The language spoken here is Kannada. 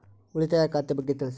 ಉಳಿತಾಯ ಖಾತೆ ಬಗ್ಗೆ ತಿಳಿಸಿ?